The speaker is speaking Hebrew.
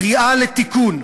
קריאה לתיקון.